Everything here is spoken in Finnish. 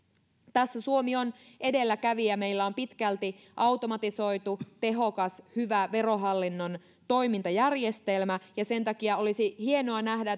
tässä suomi on edelläkävijä meillä on pitkälti automatisoitu tehokas hyvä verohallinnon toimintajärjestelmä ja sen takia olisi hienoa nähdä